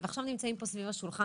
עדיין לא קיבלנו איזושהי בשורה של ממש,